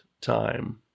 time